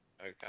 Okay